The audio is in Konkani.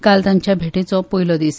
काल तांचो भेटेचो पयलो दीस